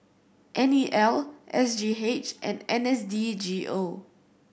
N E L S G H and N S D G O